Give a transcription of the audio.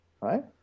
Right